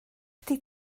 ydy